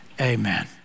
Amen